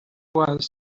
was